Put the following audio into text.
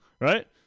right